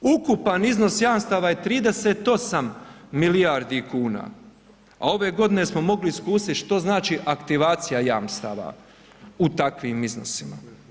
Ukupan iznos jamstava je 38 milijardi kuna, a ove godine smo mogli iskusiti što znači aktivacija jamstava u takvim iznosima.